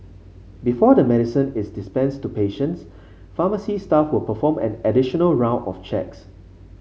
before the medicine is dispensed to patients pharmacy staff will perform an additional round of checks